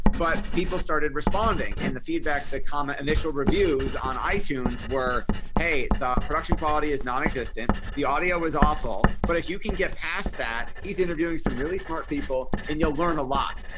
but people started responding. and the feedback the comment initial reviews on itunes were hey the production quality is nonexistent. the audio was awful but if you can get past that he's interviewing some really smart people and you'll learn a lot.